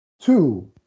two